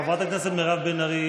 חברת הכנסת מירב בן ארי,